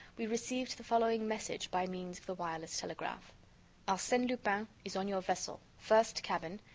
we received the following message by means of the wireless telegraph arsene lupin is on your vessel, first cabin,